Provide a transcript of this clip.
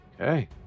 Okay